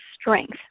strength